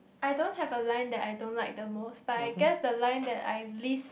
I don't have a line that I don't like the most but I guess the line I least